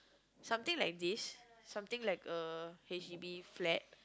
something like this something like a h_d_b flat